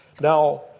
Now